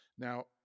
Now